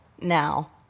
now